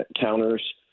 counters